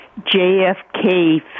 JFK